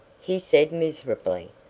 he said, miserably,